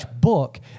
book